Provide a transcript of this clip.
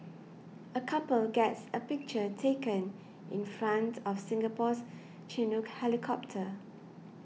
a couple gets a picture taken in front of Singapore's Chinook helicopter